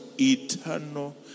eternal